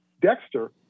Dexter